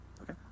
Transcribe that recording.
Okay